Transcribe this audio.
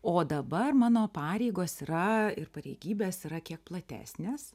o dabar mano pareigos yra ir pareigybės yra kiek platesnės